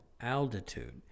altitude